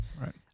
Right